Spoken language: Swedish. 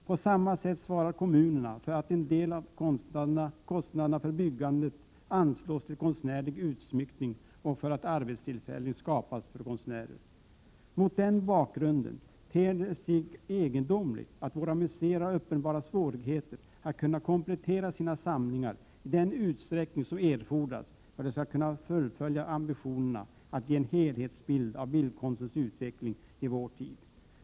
På samma sätt svarar kommunerna för att en del av kostnaderna vid byggande anslås till konstnärlig utsmyckning och för att arbetstillfällen skapas för konstnärer. Mot den bakgrunden ter det sig egendomligt att våra museer har uppenbara svårigheter att kunna komplettera sina samlingar i den utsträckning som erfordras för att vi skall kunna fullfölja ambitionerna att ge en helhetsbild av bildkonstens utveckling i vår tid.